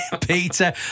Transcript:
Peter